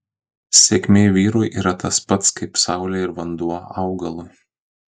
sėkmė vyrui yra tas pats kaip saulė ir vanduo augalui